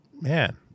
Man